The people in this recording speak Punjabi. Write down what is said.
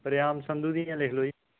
ਵਰਿਆਮ ਸੰਧੂ ਦੀਆਂ ਲਿਖ ਲਓ ਜੀ